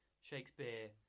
Shakespeare